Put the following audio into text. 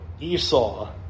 Esau